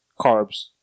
carbs